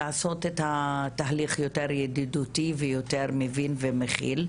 לעשות את התהליך יותר ידידותי ויותר מבין ומכיל,